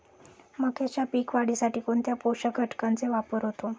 मक्याच्या पीक वाढीसाठी कोणत्या पोषक घटकांचे वापर होतो?